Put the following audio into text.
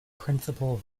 principal